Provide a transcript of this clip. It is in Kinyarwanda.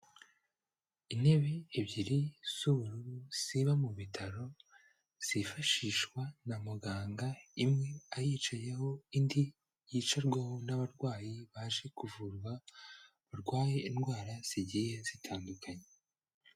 Intebe ebyiri z'ubururu ziba mu bitaro, zifashishwa na muganga imwe ayicayeho, indi yicarwaho n'abarwayi baje kuvurwa, barwaye indwara zigiye zitandukanye.